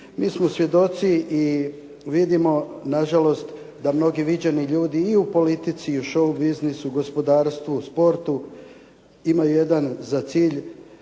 Mi smo svjedoci i vidimo nažalost da mnogi viđeni ljudi i u politici i u šou biznisu, gospodarstvu, sportu imaju jedan za cilj